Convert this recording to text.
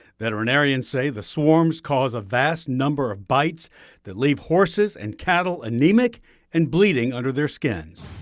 veterinarians say the swarms cause a vast number of bites that leave horses and cattle anemic and bleeding under their skins.